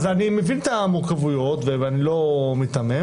אז אני מבין את המורכבויות ואני לא מיתמם,